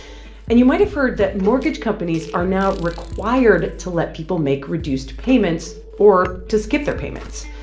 and you might've heard that mortgage companies are now required to let people make reduced payments or to skip their payments.